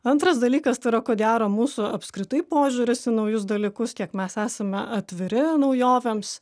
antras dalykas tai yra ko gero mūsų apskritai požiūris į naujus dalykus kiek mes esame atviri naujovėms